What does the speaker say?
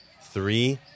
three